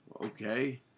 okay